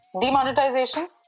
Demonetization